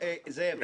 אך ורק למען הציבור.